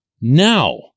now